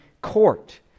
court